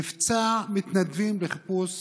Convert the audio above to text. מבצע מתנדבים בחיפוש